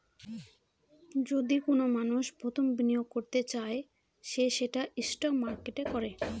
যদি কোনো মানষ প্রথম বিনিয়োগ করতে চায় সে সেটা স্টক মার্কেটে করে